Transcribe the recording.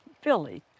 Philly